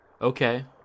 Okay